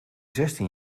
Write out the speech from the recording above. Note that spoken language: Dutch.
zestien